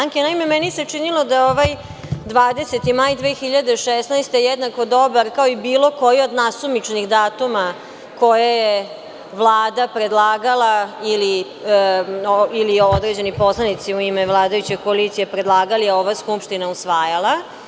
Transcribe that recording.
Naime, meni se činilo da ovaj 20. maj 2016. godine, jednako dobar, kao i bilo koji od nasumičnih datuma koje je Vlada predlagala, ili određeni poslanici u ime vladajuće koalicije predlagali, a ova skupština usvajala.